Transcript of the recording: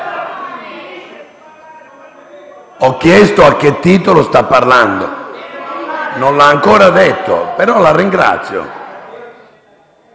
Ho chiesto a che titolo sta parlando e non lo ha ancora detto. La ringrazio,